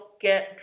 get